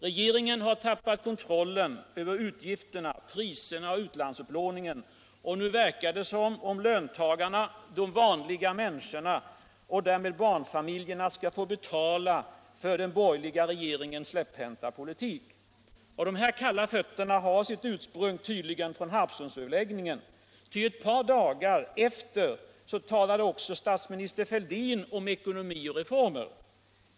Regeringen har tappat kontrollen över utgifterna, priserna och utlandsupplåningen, och nu verkar det som om löntagarna och därmed barnfamiljerna — de vanliga människorna — skall behöva betala för den borgerliga regeringens släpphänta politik. De här kalla fötterna har tydligen sitt ursprung i Harpsundsöverläggningen, ty ett par dagar efteråt talade också statsministern Fälldin om ekonomi och reformer.